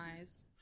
eyes